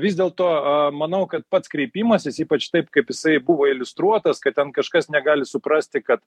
vis dėlto manau kad pats kreipimasis ypač taip kaip jisai buvo iliustruotas kad ten kažkas negali suprasti kad